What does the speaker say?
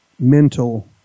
mental